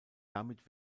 damit